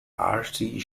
artie